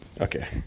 Okay